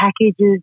packages